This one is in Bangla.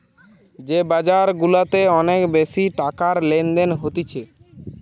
যে বাজার গুলাতে অনেক বেশি টাকার লেনদেন হতিছে